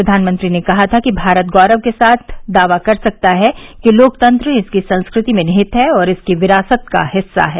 प्रघानमंत्री ने कहा था कि भारत गौरव के साथ दावा कर सकता है कि लोकतंत्र इसकी संस्कृति में निहित है और इसकी विरासत का हिस्सा है